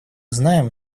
знаем